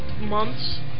months